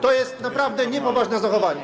To jest naprawdę niepoważne zachowanie.